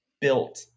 built